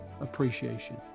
appreciation